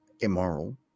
immoral